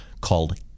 called